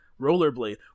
rollerblade